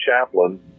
chaplain